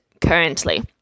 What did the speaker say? currently